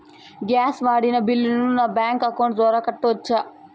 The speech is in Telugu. గ్యాస్ వాడిన బిల్లును నా బ్యాంకు అకౌంట్ ద్వారా కట్టొచ్చా?